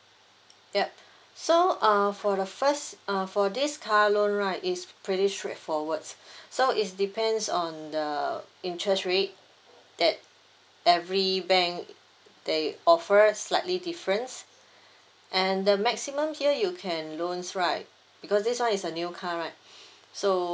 yup so uh for the first uh for this car loan right it's pretty straightforward so it's depends on the interest rate that every bank they offer slightly different and the maximum here you can loan right because this one is a new car right so